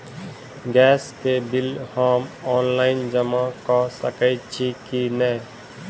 Gas केँ bill हम online जमा कऽ सकैत छी की नै?